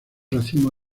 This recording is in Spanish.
racimo